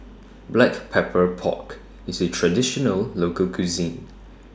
Black Pepper Pork IS A Traditional Local Cuisine